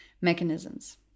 mechanisms